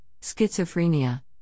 schizophrenia